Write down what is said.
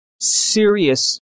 serious